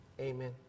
Amen